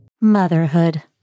Motherhood